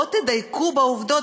בואו תדייקו בעובדות,